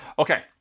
Okay